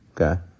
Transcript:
Okay